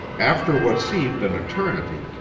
after what seemed an eternity,